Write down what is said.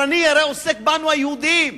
אבל אני הרי עוסק בנו, היהודים.